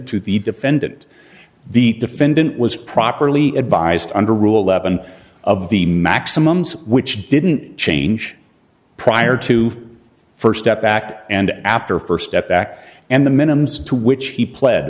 the defendant the defendant was properly advised under rule eleven of the maximums which didn't change prior to st step back and after st step back and the minims to which he pled